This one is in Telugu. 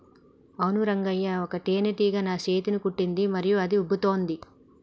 అవును రంగయ్య ఒక తేనేటీగ నా సేతిని కుట్టింది మరియు అది ఉబ్బుతోంది